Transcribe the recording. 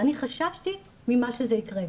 ואני חששתי ממה שזה יקרה,